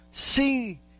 See